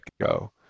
go